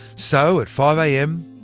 so at five am,